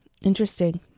Interesting